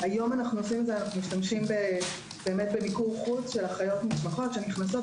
היום אנו משתמשים במיקור חוץ של אחיות מתמחות שנכנסות,